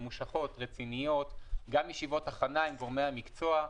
ממושכות ורציניות וגם ישיבות הכנה עם גורמי המקצוע,